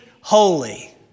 holy